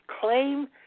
claim